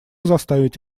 заставить